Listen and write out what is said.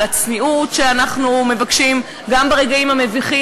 על הצניעות שאנחנו מבקשים גם ברגעים המביכים,